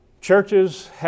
Churches